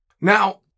Now